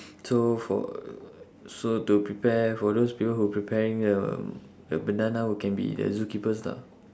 so for so to prepare for those people who preparing um the banana will can be the zoo keepers lah